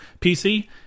pc